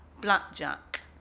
Blackjack